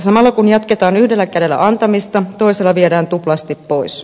samalla kun jatketaan yhdellä kädellä antamista toisella viedään tuplasti pois